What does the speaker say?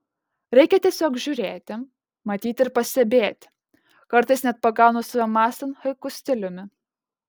reikia tiesiog žiūrėti matyti ir pastebėti kartais net pagaunu save mąstant haiku stiliumi